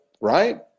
right